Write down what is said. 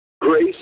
Grace